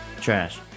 trash